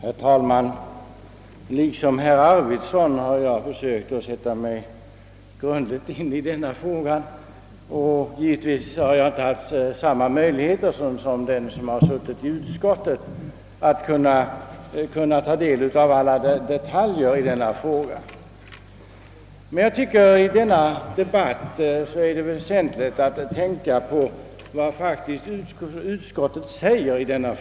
Herr talman! Liksom herr Arvidson har jag försökt att grundligt sätta mig in i denna fråga. Givetvis har jag inte haft samma möjligheter som de som suttit i utskottet att kunna ta del av alla detaljer, men i debatten är det ju väsentligt att ta hänsyn till vad utskottet faktiskt uttalar.